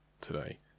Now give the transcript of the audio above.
Today